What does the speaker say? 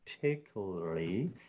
particularly